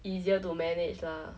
easier to manage lah